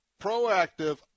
proactive